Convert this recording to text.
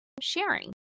sharing